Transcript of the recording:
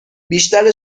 بیشتر